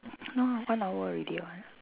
no one hour already [what]